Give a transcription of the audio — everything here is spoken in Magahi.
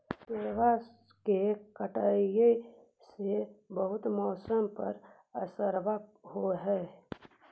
पेड़बा के कटईया से से बहुते मौसमा पर असरबा हो है?